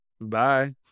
bye